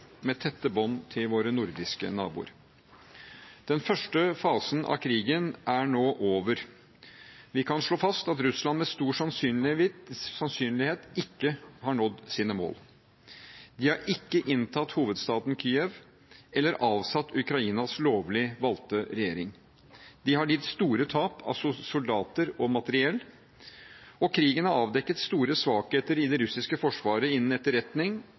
med tette bånd til våre nordiske naboer. Den første fasen av krigen er nå over. Vi kan slå fast at Russland med stor sannsynlighet ikke har nådd sine mål. De har ikke inntatt hovedstaden Kyiv eller avsatt Ukrainas lovlig valgte regjering. De har lidd store tap av soldater og materiell. Krigen har avdekket store svakheter i det russiske forsvaret – innen etterretning,